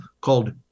called